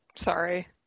Sorry